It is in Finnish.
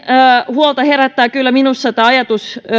huolta herättää kyllä minussa ajatus